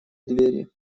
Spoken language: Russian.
двери